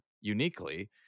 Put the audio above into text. uniquely